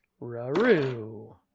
Raroo